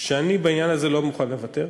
אני בעניין הזה לא מוכן לוותר,